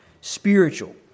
spiritual